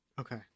okay